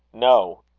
no!